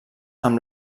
amb